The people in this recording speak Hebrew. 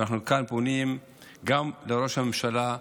ואנחנו פונים מכאן גם לראש הממשלה,